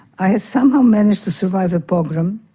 i had somehow managed to survive a pogrom,